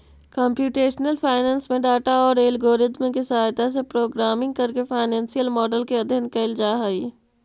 computational finance में data औउर algorithm के सहायता से प्रोग्रामिंग करके फाइनेंसियल मॉडल के अध्ययन कईल जा हई